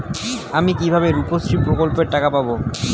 আমি কিভাবে রুপশ্রী প্রকল্পের টাকা পাবো?